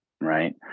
right